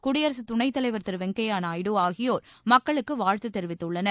குடியரசுத் துணைத் தலைவர் திரு வெங்கையா நாயுடு ஆகியோர் மக்களுக்கு வாழ்த்து தெரிவித்துள்ளனர்